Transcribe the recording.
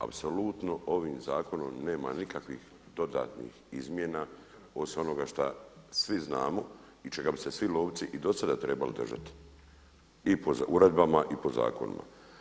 Apsolutno ovim zakonom nema nikakvih dodatnih izmjena osim onoga što svi znamo i čega bi se svi lovci i do sada trebali držati i po uredbama i po zakonima.